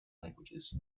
languages